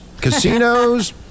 casinos